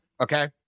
Okay